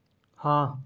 हाँ